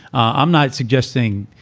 i'm not suggesting,